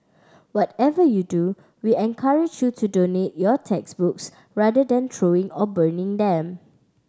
whatever you do we encourage you to donate your textbooks rather than throwing or burning them